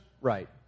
right